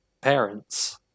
parents